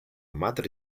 madre